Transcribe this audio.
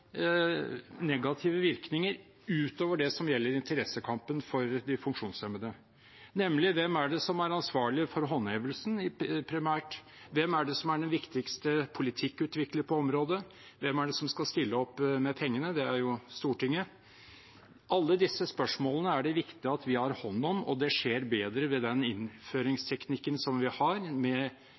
negative virkninger utover det som gjelder interessekampen for de funksjonshemmede: Hvem er det som er ansvarlig for håndhevelsen primært? Hvem er det som er den viktigste politikkutvikler på området? Hvem er det som skal stille opp med pengene? – Det er jo Stortinget. Alle disse spørsmålene er det viktig at vi har hånd om, og det skjer bedre ved den innføringsteknikken som vi har